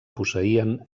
posseïen